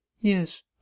Yes